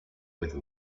with